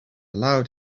allowed